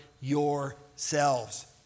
yourselves